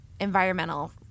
environmental